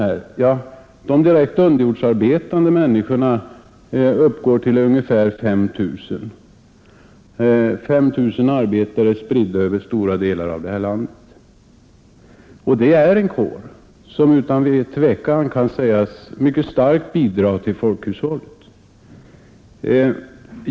Ja, de direkt underjordsarbetande människorna uppgår till ungefär 5 000 arbetare spridda över stora delar av det här landet. Det är en kår som utan tvekan kan sägas mycket starkt bidrar till folkhushållet.